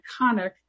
iconic